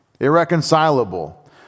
irreconcilable